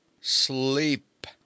sleep